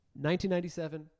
1997